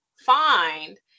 find